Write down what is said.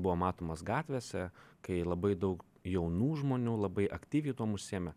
buvo matomas gatvėse kai labai daug jaunų žmonių labai aktyviai tuom užsiėmė